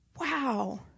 Wow